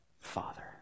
Father